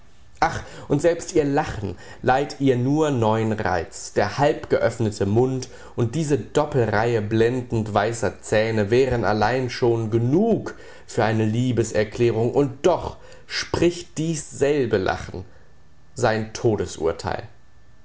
ach und selbst ihr lachen leiht ihr nur neuen reiz der halbgeöffnete mund und diese doppelreihe blendend weißer zähne wären allein schon genug für eine liebeserklärung und doch spricht diesselbe lachen sein todesurteil